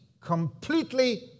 completely